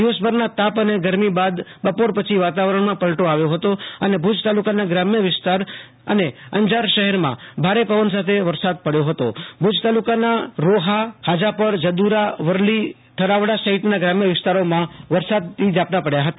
દિવસભરના તાપ અને ગરમી બાદ બપોર પછી વાતાવરણમાં પલટો આવ્યો હતો અને ભુજ તાલુકાના ગ્રામ્ય વિસ્તાર અને અંજાર શહેરમાં ભારે પવન સાથે વરસાદ પડ્યો હતો ભુજ તાલુકાના રોહા હાજાપરજદુરાવરલીયથાવડા સહિતના ગ્રામ્ય વિસ્તારોમાં વરસાદી ઝાપટા પડ્યા હતા